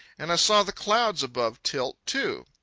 and i saw the clouds above tilt, too.